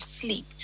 sleep